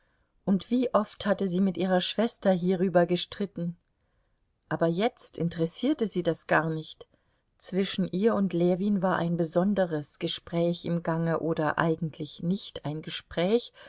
und wie oft hatte sie mit ihrer schwester hierüber gestritten aber jetzt interessierte sie das gar nicht zwischen ihr und ljewin war ein besonderes gespräch im gange oder eigentlich nicht ein gespräch